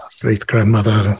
great-grandmother